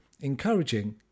encouraging